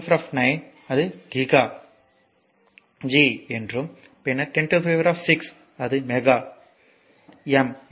அது கிகா அது G பின்னர் 106 அது மெகா அது M மற்றும் பல